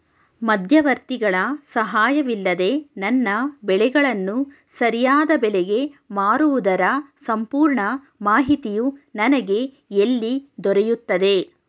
ಮಧ್ಯವರ್ತಿಗಳ ಸಹಾಯವಿಲ್ಲದೆ ನನ್ನ ಬೆಳೆಗಳನ್ನು ಸರಿಯಾದ ಬೆಲೆಗೆ ಮಾರುವುದರ ಸಂಪೂರ್ಣ ಮಾಹಿತಿಯು ನನಗೆ ಎಲ್ಲಿ ದೊರೆಯುತ್ತದೆ?